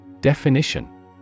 Definition